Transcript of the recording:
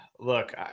Look